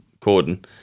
Corden